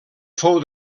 fou